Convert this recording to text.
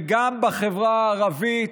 גם בחברה הערבית,